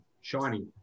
shiny